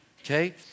okay